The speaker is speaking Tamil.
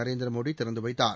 நரேந்திர மோடி திறந்து வைத்தார்